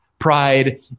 pride